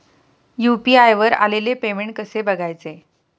UPI वर आलेले payment कसे बघायचे?